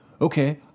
okay